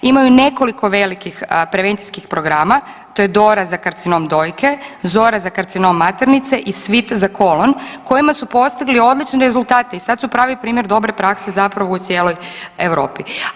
Imaju nekoliko velikih prevencijskih programa to je Dora za karcinom dojke, Zora za karcinom maternice i Svit za kolan kojima su postigli odlične rezultate i sad su pravi primjer dobre prakse zapravo u cijeloj Europi.